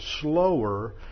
slower